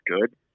good